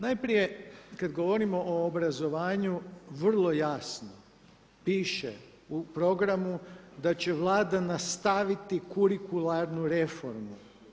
Najprije kad govorimo o obrazovanju vrlo jasno piše u programu da će Vlada nastaviti kurikularnu reformu.